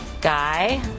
Guy